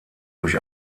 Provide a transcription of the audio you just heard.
durch